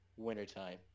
wintertime